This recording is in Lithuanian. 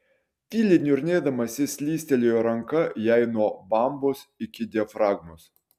tyliai niurnėdamas jis slystelėjo ranka jai nuo bambos iki diafragmos